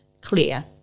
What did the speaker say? clear